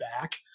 back